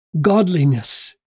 godliness